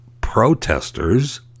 protesters